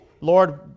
Lord